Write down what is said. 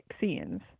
scenes